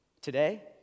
Today